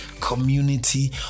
community